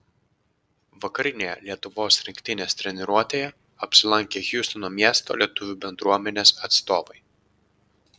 vakarinėje lietuvos rinktinės treniruotėje apsilankė hjustono miesto lietuvių bendruomenės atstovai